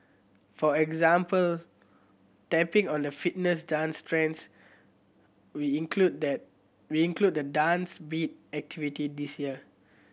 for example tapping on the fitness dance trends we included that we included the Dance Beat activity this year